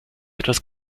etwas